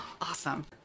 Awesome